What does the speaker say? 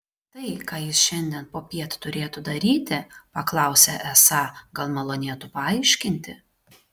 tai ką jis šiandien popiet turėtų daryti paklausė esą gal malonėtų paaiškinti